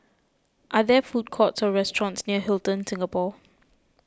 are there food courts or restaurants near Hilton Singapore